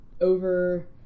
over